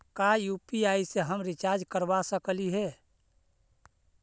का यु.पी.आई से हम रिचार्ज करवा सकली हे?